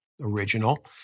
original